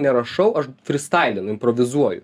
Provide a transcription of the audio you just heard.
nerašau aš fristailinu improvizuoju